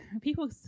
People